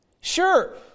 Sure